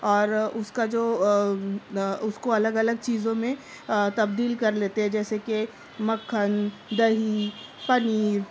اور اس کا جو اس کو الگ الگ چیزوں میں تبدیل کر لیتے ہیں جیسے کہ مکھن دہی پنیر